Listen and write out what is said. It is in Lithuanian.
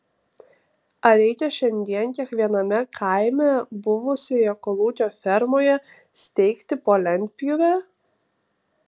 ar reikia šiandien kiekviename kaime buvusioje kolūkio fermoje steigti po lentpjūvę